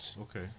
Okay